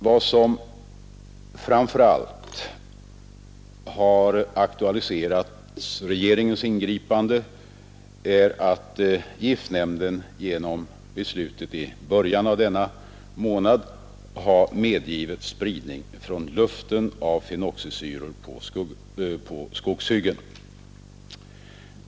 Vad som framför allt har aktualiserat regeringens ingripande är att giftnämnden genom beslutet i början av denna månad har medgivit spridning från luften av fenoxisyror på skogshyggen.